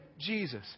jesus